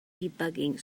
debugging